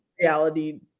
reality